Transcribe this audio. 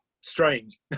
strange